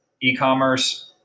e-commerce